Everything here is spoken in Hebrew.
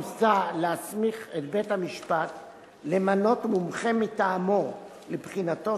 מוצע להסמיך את בית-המשפט למנות מומחה מטעמו לבחינתו